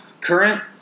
Current